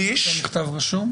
שליש --- 462,000 קיבלו מכתב רשום?